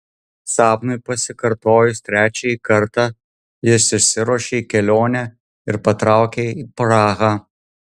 sapnui pasikartojus trečiąjį kartą jis išsiruošė į kelionę ir patraukė į prahą